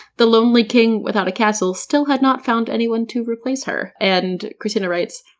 the lonely king without a castle still had not found anyone to replace her. and kristina writes,